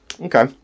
Okay